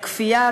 לכפייה,